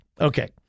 Okay